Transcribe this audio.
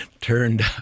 turned